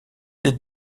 des